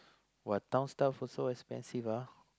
!wah! town stuff also expensive ah